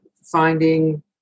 finding